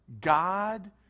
God